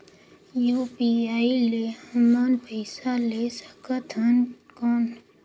UPI ले हमन पइसा ले सकथन कौन?